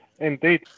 Indeed